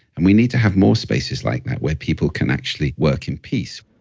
and we need to have more spaces like that, where people can actually work in peace